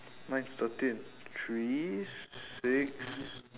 mine's thirteen three six